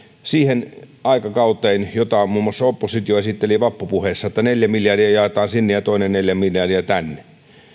siihen aikakauteen jota muun muassa oppositio esitteli vappupuheissa että neljä miljardia jaetaan sinne ja toinen neljä miljardia tänne